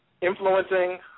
influencing